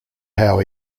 how